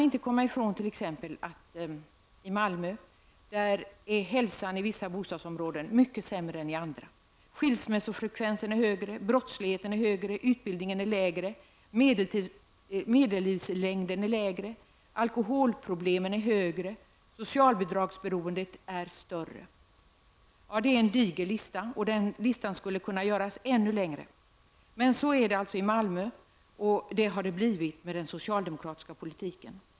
I Malmö t.ex. är hälsan i vissa bostadsområden mycket sämre än i andra, skilsmässofrekvensen är högre, brottsligheten är högre, utbildningen är lägre, medellivslängden är kortare, alkoholproblemen är större, socialbidragsberoendet är större osv. Det är en diger lista, och den listan skulle kunna göras ännu längre. Så är det i Malmö, och det har blivit så med den socialdemokratiska politiken.